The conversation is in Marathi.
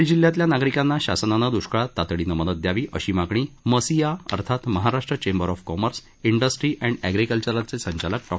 बीड जिल्ह्यातल्या नागरिकांना शासनानं द्ष्काळात तातडीनं मदत द्यावी अशी मागणी मसिआ अर्थात Maharashtra chamber of commerce industry and अँग्रिकल्चरचे संचालक डॉ